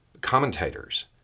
commentators